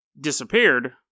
disappeared